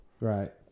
Right